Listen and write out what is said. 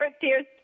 tears